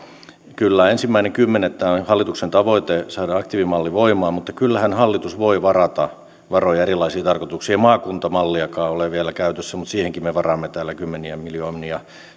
kyllä ensimmäinen kymmenettä on hallituksen tavoite saada aktiivimalli voimaan mutta kyllähän hallitus voi varata varoja erilaisiin tarkoituksiin ei maakuntamalliakaan ole vielä käytössä mutta senkin tekemiseen me varaamme täällä kymmeniä miljoonia